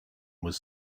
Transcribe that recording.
was